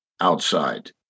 outside